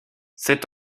sept